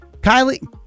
Kylie